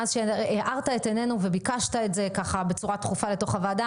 מאז שהארת את עינינו וביקשת את זה בצורה דחופה לתוך הוועדה,